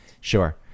Sure